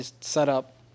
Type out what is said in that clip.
setup